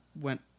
went